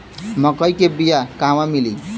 मक्कई के बिया क़हवा मिली?